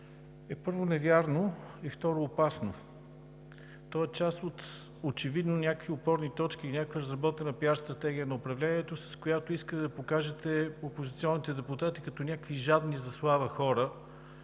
първо, е невярно и, второ, опасно. То е част очевидно от някакви опорни точки, някаква разработена пиар стратегия на управлението, с която искате да покажете опозиционните депутати като някакви жадни за слава хора.